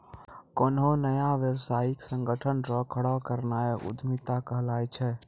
कोन्हो नयका व्यवसायिक संगठन रो खड़ो करनाय उद्यमिता कहलाय छै